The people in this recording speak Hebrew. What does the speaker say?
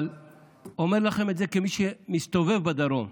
אבל אומר לכם את זה כמי שמסתובב בדרום,